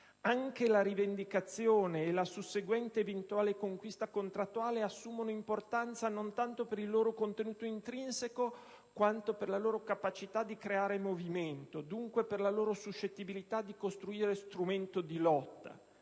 anche la rivendicazione e la susseguente (eventuale) conquista contrattuale assumono importanza non tanto per il loro contenuto intrinseco, quanto per la loro capacità di creare movimento, dunque per la loro suscettibilità di costituire strumento di lotta».